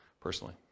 personally